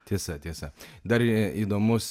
tiesa tiesa dar įdomus